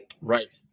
Right